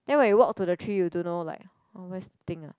then when you walk to the tree you don't know like oh where's the thing ah